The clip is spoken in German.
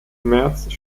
märz